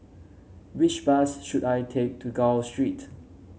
which bus should I take to Gul Street